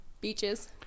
beaches